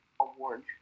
award